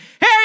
hey